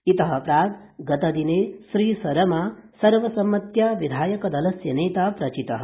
इतः प्राक् गतदिने श्री सरमा सर्वसम्मत्या विधायकदलस्य नेता प्रचितः